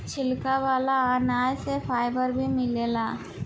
छिलका वाला अनाज से फाइबर भी मिलेला